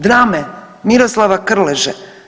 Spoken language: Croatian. Drame Miroslava Krleže?